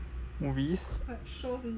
movies